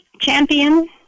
Champion